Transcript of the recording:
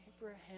Abraham